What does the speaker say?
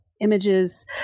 images